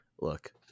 look